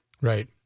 Right